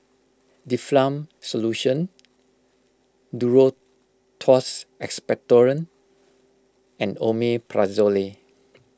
Difflam Solution Duro Tuss Expectorant and Omeprazolely